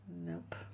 Nope